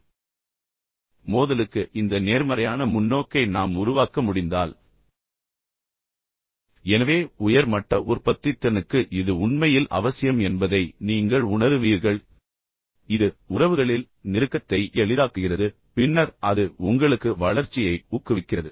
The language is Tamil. பின்னர் நான் பரிந்துரைத்தது என்னவென்றால் என்னவென்றால் மோதலுக்கு இந்த நேர்மறையான முன்னோக்கை நாம் உருவாக்க முடிந்தால் எனவே உயர் மட்ட உற்பத்தித்திறனுக்கு இது உண்மையில் அவசியம் என்பதை நீங்கள் உணருவீர்கள் இது உறவுகளில் நெருக்கத்தை எளிதாக்குகிறது பின்னர் அது உங்களுக்கு வளர்ச்சியை ஊக்குவிக்கிறது